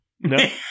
No